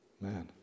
Man